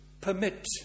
permit